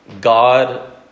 God